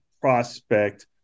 prospect